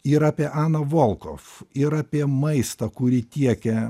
ir apie aną volkov ir apie maistą kurį tiekė